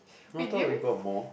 no I thought we got more